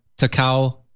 Takao